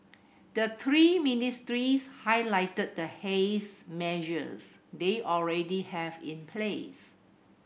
the three ministries highlighted the haze measures they already have in place